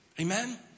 Amen